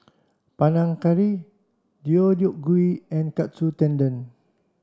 Panang Curry Deodeok Gui and Katsu Tendon